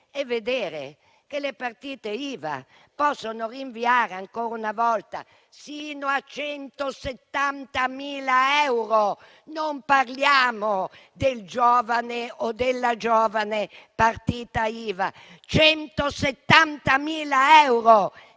Si vedono poi le partite IVA poter rinviare, ancora una volta, sino a 170.000 euro. Non parliamo del giovane o della giovane partita IVA; parliamo